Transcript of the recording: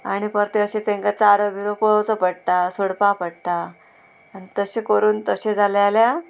आणी परतें अशें तेंका चारो बिरो पळोवचो पडटा सोडपा पडटा आनी तशें करून तशें जालें जाल्यार